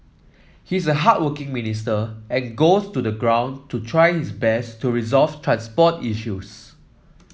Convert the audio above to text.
he's a hardworking minister and goes to the ground to try his best to resolve transport issues